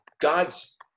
God's